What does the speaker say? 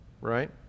right